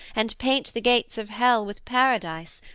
and paint the gates of hell with paradise,